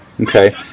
Okay